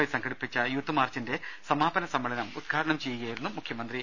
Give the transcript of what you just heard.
I സംഘടിപ്പിച്ച youth മാർച്ചിന്റെ സമാപന സമ്മേളനം ഉദ്ഘാടനം ചെയ്യുകയായിരുന്നു അദ്ദേഹം